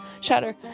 shatter